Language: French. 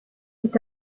est